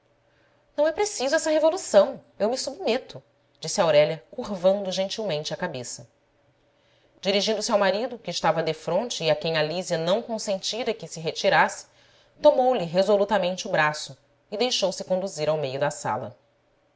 não é preciso essa revolução eu me submeto disse aurélia curvando gentilmente a cabeça dirigindo-se ao marido que estava defronte e a quem a lísia não consentira que se retirasse tomoulhe resolutamente o braço e deixou-se conduzir ao meio da sala